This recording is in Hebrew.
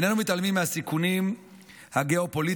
איננו מתעלמים מהסיכונים הגיאופוליטיים,